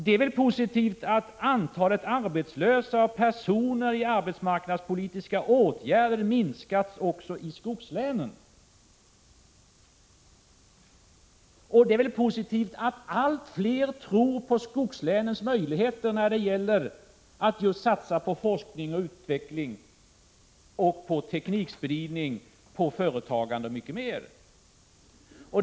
Det är väl positivt att antalet arbetslösa och personer som är föremål för arbetsmarknadspolitiska åtgärder har minskat även i skogslänen? Det är väl positivt att allt fler tror på skogslänens möjligheter när det gäller att satsa på just forskning och utveckling, på teknikspridning och företagande, m.m.?